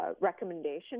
recommendation